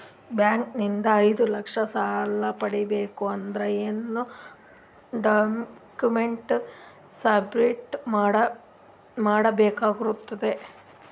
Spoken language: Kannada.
ಬ್ಯಾಂಕ್ ನಿಂದ ಐದು ಲಕ್ಷ ಸಾಲ ಪಡಿಬೇಕು ಅಂದ್ರ ಏನ ಡಾಕ್ಯುಮೆಂಟ್ ಸಬ್ಮಿಟ್ ಮಾಡ ಬೇಕಾಗತೈತಿ?